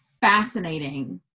fascinating